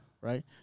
Right